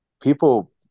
people